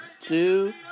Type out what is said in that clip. two